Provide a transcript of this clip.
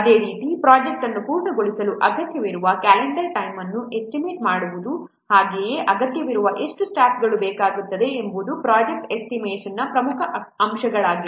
ಅದೇ ರೀತಿ ಪ್ರೊಜೆಕ್ಟ್ ಅನ್ನು ಪೂರ್ಣಗೊಳಿಸಲು ಅಗತ್ಯವಿರುವ ಕ್ಯಾಲೆಂಡರ್ ಟೈಮ್ ಅನ್ನು ಎಸ್ಟಿಮೇಟ್ ಮಾಡುವುದು ಹಾಗೆಯೇ ಅಗತ್ಯವಿರುವಾಗ ಎಷ್ಟು ಸ್ಟಾಫ್ಗಳು ಬೇಕಾಗುತ್ತಾರೆ ಎಂಬುದು ಪ್ರೊಜೆಕ್ಟ್ ಎಸ್ಟಿಮೇಷನ್ನ ಪ್ರಮುಖ ಅಂಶಗಳಾಗಿವೆ